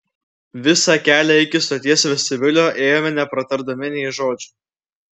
visą kelią iki stoties vestibiulio ėjome nepratardami nė žodžio